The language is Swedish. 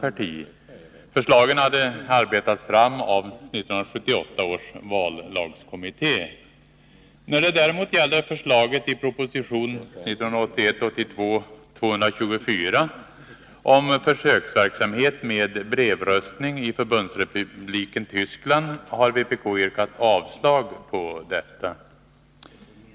Förslagen hade arbetats fram av 1978 års vallagskommitté. När det däremot gäller förslaget i proposition 1981/82:224 om försöksverksamhet med brevröstning i Förbundsrepubliken Tyskland har vpk yrkat avslag på detta.